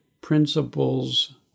principles